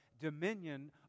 dominion